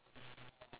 or like